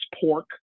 pork